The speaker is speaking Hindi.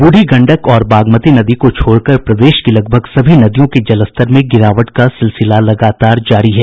बूढ़ी गंडक और बागमती नदी को छोड़कर प्रदेश की लगभग सभी नदियों के जलस्तर में गिरावट का सिलसिला लगातार जारी है